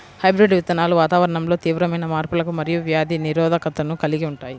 hybrid విత్తనాలు వాతావరణంలో తీవ్రమైన మార్పులకు మరియు వ్యాధి నిరోధకతను కలిగి ఉంటాయి